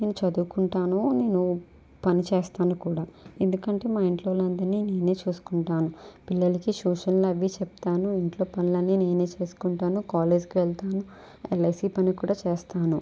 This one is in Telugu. నేను చదువుకుంటాను నేను పనిచేస్తాను కూడా ఎందుకంటే మా ఇంట్లో వాళ్ళందరిని నేనే చూసుకుంటాను పిల్లలకి ట్యూషన్లు అవి చెప్తాను ఇంట్లో పనులన్నీ నేనే చేసుకుంటాను కాలేజ్కి వెళ్తాను ఎల్ఐసి పని కూడా చేస్తాను